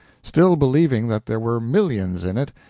still believing that there were millions in it,